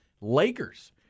Lakers